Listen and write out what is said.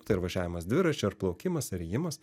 tai ar važiavimas dviračiu ar plaukimas ar ėjimas